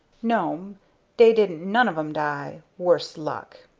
no'm dey didn't none of em die worse luck.